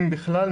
אם בכלל,